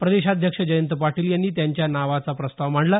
प्रदेशाध्यक्ष जयंत पाटील यांनी त्यांच्या नावाचा प्रस्ताव मांडला